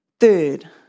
Third